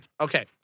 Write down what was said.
Okay